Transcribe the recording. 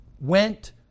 went